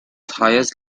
highest